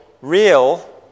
real